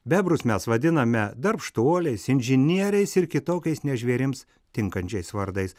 bebrus mes vadiname darbštuoliais inžinieriais ir kitokiais ne žvėrims tinkančiais vardais